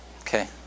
Okay